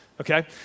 okay